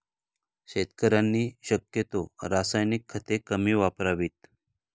शेतकऱ्यांनी शक्यतो रासायनिक खते कमी वापरावीत